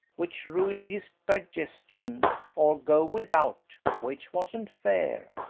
which ruined his digestion, or go without, which wasn't fair.